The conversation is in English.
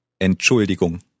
Entschuldigung